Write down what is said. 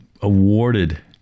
awarded